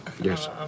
Yes